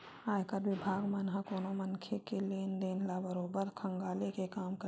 आयकर बिभाग मन ह कोनो मनखे के लेन देन ल बरोबर खंघाले के काम करथे